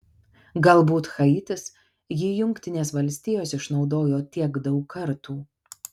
galbūt haitis jį jungtinės valstijos išnaudojo tiek daug kartų